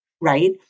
right